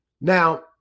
Now